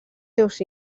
seus